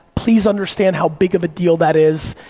please understand how big of a deal that is,